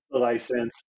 license